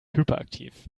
hyperaktiv